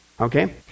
Okay